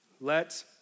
let